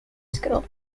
school